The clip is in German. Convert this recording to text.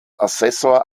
assessor